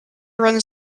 runs